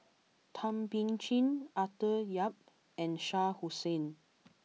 Thum Ping Tjin Arthur Yap and Shah Hussain